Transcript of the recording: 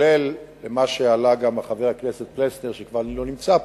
גם מה שהעלה חבר הכנסת פלסנר, שלא נמצא פה,